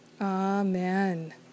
Amen